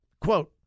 Quote